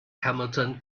hamilton